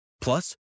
Plus